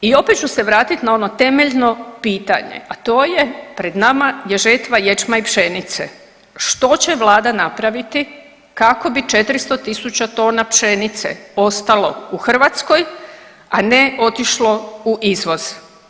I opet ću se vratit na ono temeljno pitanje, a to je pred nama je žetva ječma i pšenice, što će vlada napraviti kako bi 400 tisuća tona pšenice ostalo u Hrvatskoj, a ne otišlo u izvoz?